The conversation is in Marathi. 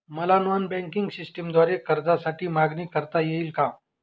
मला नॉन बँकिंग सिस्टमद्वारे कर्जासाठी मागणी करता येईल का?